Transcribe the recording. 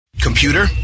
Computer